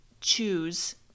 choose